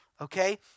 okay